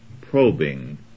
probing